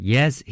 Yes